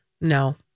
No